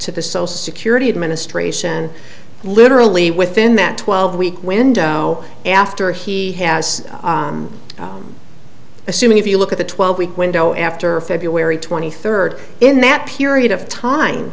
to the social security administration literally within that twelve week window after he has assumed if you look at the twelve week window after february twenty third in that period of time